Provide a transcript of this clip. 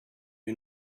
you